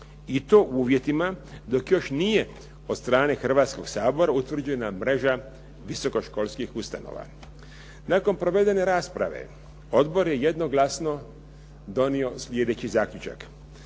i to u uvjetima dok još nije od strane Hrvatskog sabora utvrđena mreža visokoškolskih ustanova. Nakon provedene rasprave odbor je jednoglasno donio sljedeći zaključak.